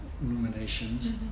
Illuminations